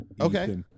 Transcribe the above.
Okay